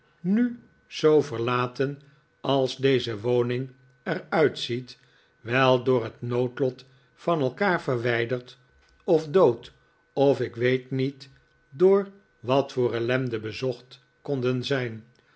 nu zoo verlaten als deze woning er uitziet wel door het noodlot van elkaar verwijderd of dood of ik weet niet door wat voor ellende bezocht konden zijn